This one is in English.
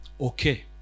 Okay